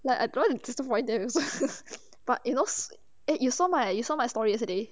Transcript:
like I don't want to disappoint them but you know eh you saw my you saw my story yesterday